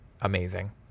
amazing